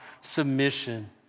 submission